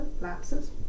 lapses